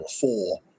four